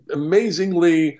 amazingly